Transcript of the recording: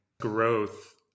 growth